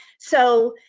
so,